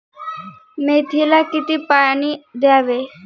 मेथीला किती पाणी द्यावे?